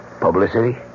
Publicity